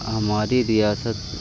ہماری ریاست